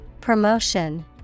Promotion